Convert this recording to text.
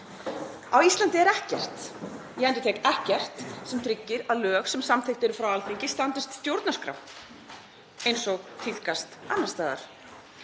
Á Íslandi er ekkert, ég endurtek ekkert sem tryggir að lög sem samþykkt eru frá Alþingi standist stjórnarskrá eins og tíðkast annars staðar.